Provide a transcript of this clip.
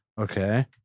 Okay